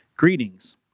Greetings